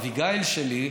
אביגיל שלי,